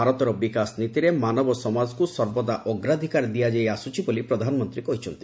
ଭାରତର ବିକାଶ ନୀତିରେ ମାନବ ସମାଜକୁ ସର୍ବଦା ଅଗ୍ରାଧକାର ଦିଆଯାଇ ଆସ୍କ୍ରି ବୋଲି ପ୍ରଧାନମନ୍ତ୍ରୀ କହିଛନ୍ତି